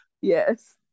yes